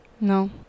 no